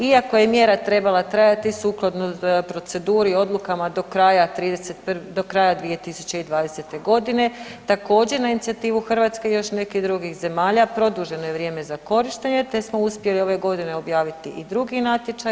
Iako je mjera trebala trajati sukladno proceduri i odlukama do kraja 2020. godine, također na inicijativu Hrvatske i još nekih drugih zemalja produženo je vrijeme za korištenje te smo uspjeli ove godine objaviti i drugi natječaj.